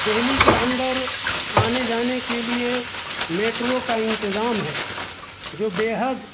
دہلی کے اندر آنے جانے کے لیے میٹرو کا انتظام ہے جو بےحد